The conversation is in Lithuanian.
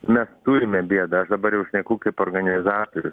mes turime bėdą aš dabar jau šneku kaip organizatorius